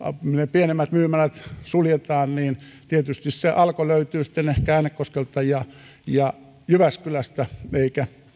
pienimmät myymälät suljetaan niin tietysti se alko löytyy sitten ehkä äänekoskelta ja jyväskylästä eikä